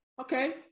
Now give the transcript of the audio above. Okay